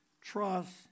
trust